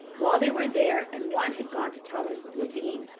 while they were there, and one had gone to tell mrs. lavine,